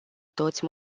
toți